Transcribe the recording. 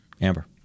Amber